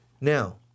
Now